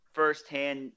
firsthand